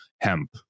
hemp